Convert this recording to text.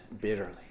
bitterly